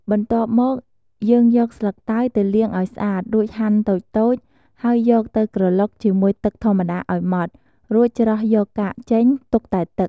បន្ទាប់មក យើងយកស្លឹកតើយទៅលាងឱ្យស្អាត រួចហាន់តូចៗ ហើយយកទៅក្រឡុកជាមួយទឹកធម្មតាឱ្យម៉ដ្ឋ រួចច្រោះយកកាកចេញ ទុកតែទឹក។